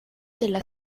della